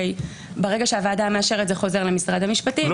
הרי ברגע שהוועדה מאשרת זה חוזר למשרד המשפטים,